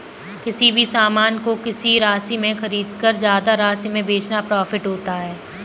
किसी भी सामान को किसी राशि में खरीदकर ज्यादा राशि में बेचना प्रॉफिट होता है